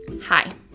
Hi